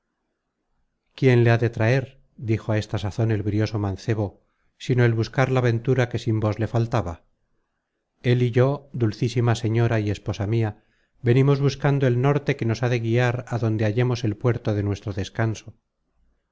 quién le ha de traer dijo á esta sazon el brioso mancebo sino el buscar la ventura que sin vos le faltaba él y yo dulcísima señora y esposa mia venimos buscando el norte que nos ha de guiar á donde hallemos el puerto de nuestro descanso